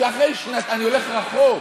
אני הולך רחוק,